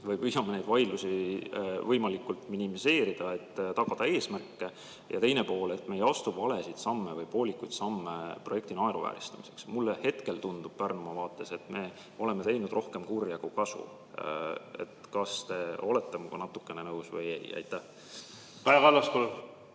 vaid püüame neid vaidlusi võimalikult minimeerida, et tagada eesmärke. Teine pool on, et me ei astu valesid või poolikuid samme, mis projekti naeruvääristavad. Mulle hetkel tundub Pärnumaa vaates, et me oleme teinud rohkem kurja kui kasu. Kas te olete minuga natukene nõus või ei? Kaja Kallas,